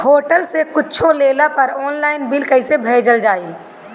Hotel से कुच्छो लेला पर आनलाइन बिल कैसे भेजल जाइ?